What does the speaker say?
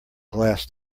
glass